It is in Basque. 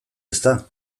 ezta